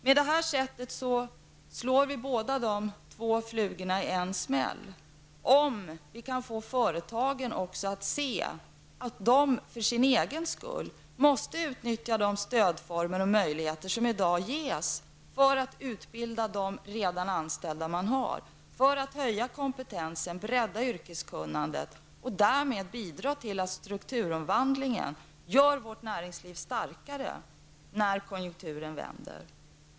På det här sättet slår vi två flugor i en smäll, om vi kan få företagen att inse att de för sin egen skull måste utnyttja de stödformer och möjligheter som i dag ges för att utbilda de redan anställda, för att höja kompetensen, bredda yrkeskunnandet och därmed bidra till att strukturomvandlingen gör vårt näringsliv starkare när konjunkturen vänder.